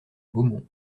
beaumont